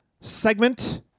segment